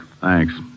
Thanks